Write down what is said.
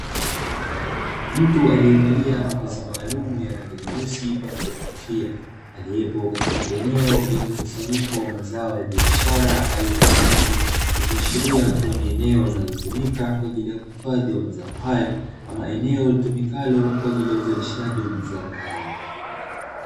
Mtu aliyevalia mavazi maalumu ya rangi nyeusi pamoja na kofia aliyepo katika eneo lenye mkusanyiko wa mazao ya biashara aina ya ndizi, ikiashiria kuwa ni eneo linalotumika kwa ajili ya kuhifadhi mazao hayo ama eneo litumikalo kwa ajili ya uzalishaji wa zao hilo.